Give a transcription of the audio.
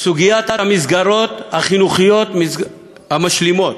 סוגיית המסגרות החינוכיות המשלימות.